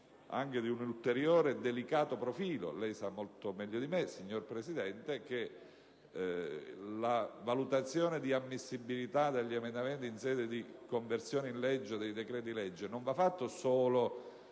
anche di un ulteriore e delicato profilo, che lei conosce molto meglio di me, signor Presidente, ossia che la valutazione di ammissibilità degli emendamenti in sede di conversione in legge dei decreti-legge non va fatta solo